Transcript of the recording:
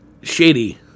shady